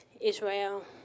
Israel